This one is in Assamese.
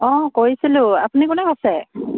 অঁ কৰিছিলোঁ আপুনি কোনে কৈছে